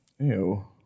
Ew